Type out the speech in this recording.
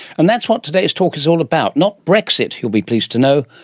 and that's what today's talk is all about not brexit, you'll be pleased to know,